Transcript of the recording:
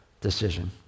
decision